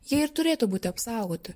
jie ir turėtų būti apsaugoti